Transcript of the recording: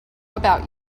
about